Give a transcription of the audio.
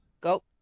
Go